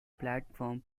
platform